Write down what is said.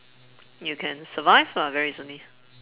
you can survive lah very easily